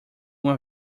uma